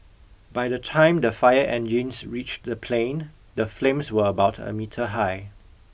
by the time the fire engines reached the plane the flames were about a metre high